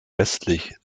westlich